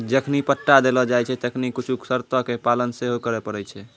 जखनि पट्टा देलो जाय छै तखनि कुछु शर्तो के पालन सेहो करै पड़ै छै